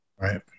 right